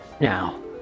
Now